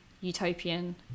utopian